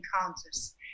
encounters